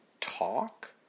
talk